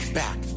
back